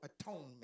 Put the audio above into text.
atonement